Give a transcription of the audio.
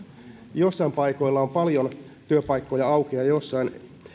joissain paikoissa on paljon työpaikkoja auki ja joissain